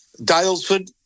Dalesford